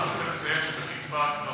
רק צריך לציין שבחיפה כבר,